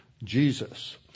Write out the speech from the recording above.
Jesus